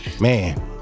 man